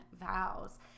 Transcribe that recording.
vows